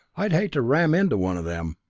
i'd hate to ram into one of them!